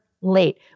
late